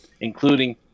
including